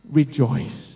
rejoice